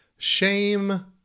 shame